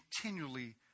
continually